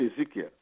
Ezekiel